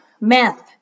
meth